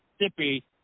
Mississippi